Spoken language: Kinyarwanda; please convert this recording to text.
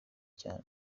cyane